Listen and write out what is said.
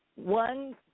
One